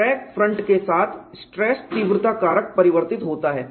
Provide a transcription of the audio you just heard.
crack front के साथ stress तीव्रता कारक परिवर्तित होता है